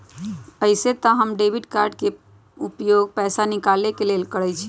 अइसे तऽ हम डेबिट कार्ड के उपयोग पैसा निकाले के लेल करइछि